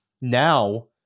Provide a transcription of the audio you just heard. now-